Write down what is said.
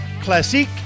Classic